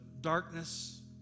darkness